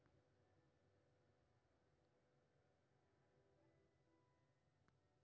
ICAR नया किस्म के बीया तैयार करै छै